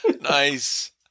Nice